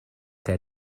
kaj